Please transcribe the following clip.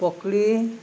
ᱯᱚᱠᱚᱲᱤ